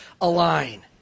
align